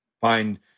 find